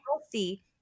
healthy